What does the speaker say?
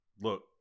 Look